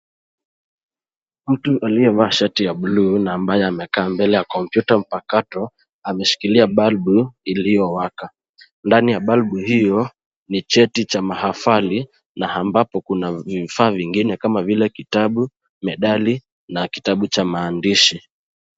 Mtu aliyevaa shati ya buluu na ambaye amekaa mbele ya kompyuta mpakato ameshikilia balbu iliyowaka .Ndani ya balbu hiyo, ni cheti cha maafali na ambapo Kuna vifaa vingine kama vile kitabu, medali na kitabu cha maandishi.